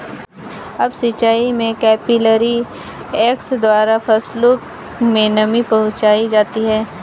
up सिचाई में capillary action द्वारा फसलों में नमी पहुंचाई जाती है